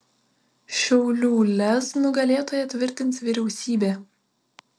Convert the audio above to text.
šiaulių lez nugalėtoją tvirtins vyriausybė